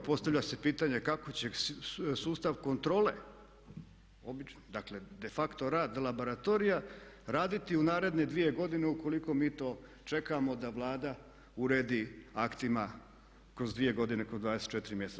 Postavlja se pitanje kako će sustav kontrole, dakle de facto rad laboratorija raditi u naredne dvije godine ukoliko mi to čekamo da Vlada uredi aktima kroz dvije godine, kroz 24 mjeseca.